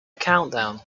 countdown